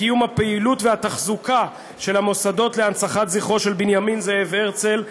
בקיום הפעילות והתחזוקה של המוסדות להנצחת זכרו של בנימין זאב הרצל,